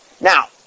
Now